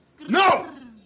No